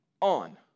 on